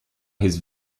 his